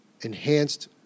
enhanced